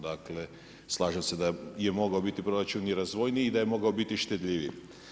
Dakle, slažem se da je mogao biti proračun i razvojniji i da je mogao biti štedljiviji.